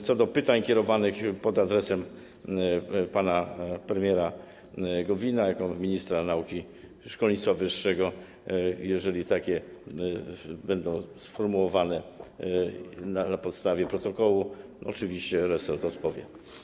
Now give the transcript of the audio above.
Co do pytań kierowanych pod adresem pana premiera Gowina jako ministra nauki i szkolnictwa wyższego, jeżeli będą takie sformułowane na podstawie protokołu, resort oczywiście odpowie.